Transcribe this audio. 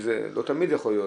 זה לא תמיד יכול להיות,